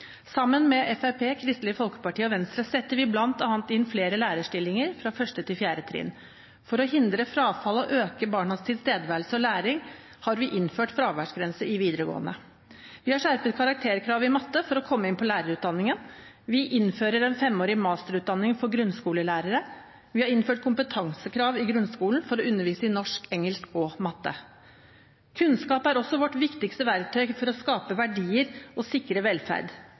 Sammen med Fremskrittspartiet, Kristelig Folkeparti og Venstre setter vi bl.a. inn flere lærerstillinger på 1.–4. trinn. For å forhindre frafall og for å øke barnas tilstedeværelse og læring på skolen har vi innført fraværsgrense i videregående skole. Vi har skjerpet karakterkravet i matematikk for å komme inn på lærerutdanningen. Vi innfører en femårig masterutdanning for grunnskolelærere. Vi har innført kompetansekrav i grunnskolen for å undervise i norsk, engelsk og matematikk. Kunnskap er også vårt viktigste verktøy for å skape verdier og sikre velferd.